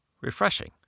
refreshing